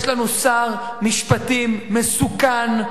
יש לנו שר משפטים מסוכן,